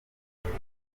mfite